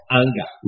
anger